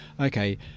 okay